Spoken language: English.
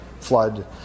flood